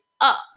up